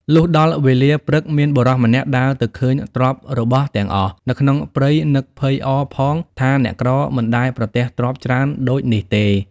លុះដល់វេលាព្រឹកមានបុរសម្នាក់ដើរទៅឃើញទ្រព្យរបស់ទាំងអស់នៅក្នុងព្រៃនឹកភ័យអរផងថាអ្នកក្រមិនដែលប្រទះទ្រព្យច្រើនដូចនេះទេ។